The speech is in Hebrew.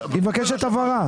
היא מבקשת הבהרה.